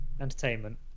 entertainment